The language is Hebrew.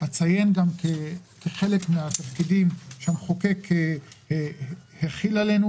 אציין שכחלק מהתפקידים שהמחוקק החיל עלינו